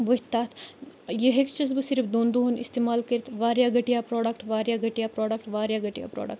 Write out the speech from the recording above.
ؤتھۍ تَتھ یہِ ہیٚکۍ چِس بہٕ صرف دۄن دۄہَن استعمال کٔرِتھ واریاہ گھٹیا پرٛوڈَکٹہٕ واریاہ گھٹیا پرٛوڈَکٹہٕ واریاہ گھٹیا پرٛوڈَکٹہٕ